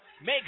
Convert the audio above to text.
make